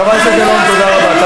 חברת הכנסת גלאון, תודה רבה.